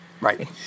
Right